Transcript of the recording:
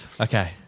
Okay